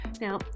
Now